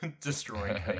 destroying